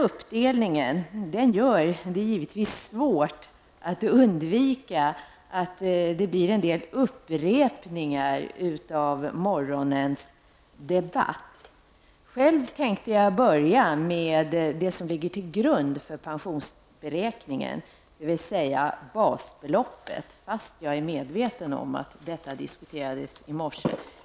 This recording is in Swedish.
Uppdelningen gör att det är svårt att undvika att det blir en del upprepningar av morgonens debatt. Själv tänkte jag börja med att diskutera det som ligger till grund för pensionsberäkningen, dvs. basbeloppet, fastän jag är medveten om att detta diskuterades i morse.